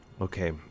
Okay